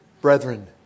Brethren